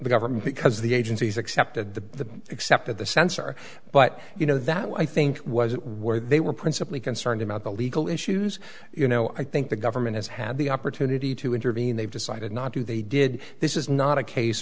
the government because the agencies accepted the except at the censor but you know that i think was where they were principally concerned about the legal issues you know i think the government has had the opportunity to intervene they've decided not to they did this is not a case